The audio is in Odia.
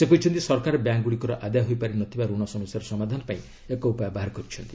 ସେ କହିଛନ୍ତି ସରକାର ବ୍ୟାଙ୍କ୍ଗୁଡ଼ିକର ଆଦାୟ ହୋଇପାରି ନ ଥିବା ଋଣ ସମସ୍ୟାର ସମାଧାନପାଇଁ ଏକ ଉପାୟ ବାହାର କରିଛନ୍ତି